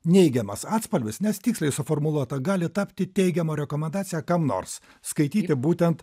neigiamas atspalvis nes tiksliai suformuluota gali tapti teigiama rekomendacija kam nors skaityti būtent